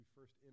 First